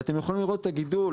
אתם יכולים לראות את הגידול,